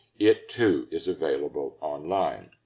it too is available online.